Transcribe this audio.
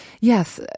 yes